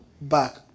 back